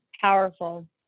Powerful